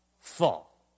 fall